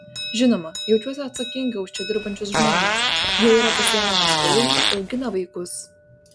žinoma jaučiuosi atsakinga už čia dirbančius žmones jie yra pasiėmę paskolų augina vaikus